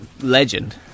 legend